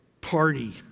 party